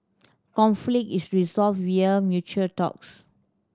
conflict is resolved via mature talks